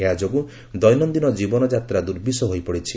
ଏହା ଯୋଗୁଁ ଦୈନନ୍ଦିନ ଜୀବନଯାତ୍ରା ଦୁର୍ବିସହ ହୋଇପଡ଼ିଛି